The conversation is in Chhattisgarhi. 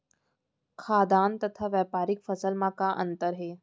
खाद्यान्न तथा व्यापारिक फसल मा का अंतर हे?